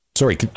Sorry